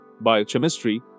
biochemistry